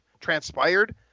transpired